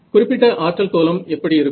குறிப்பிட்ட ஆற்றல் கோலம் எப்படி இருக்கும்